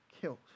killed